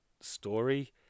story